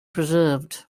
preserved